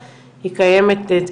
היא קיימת.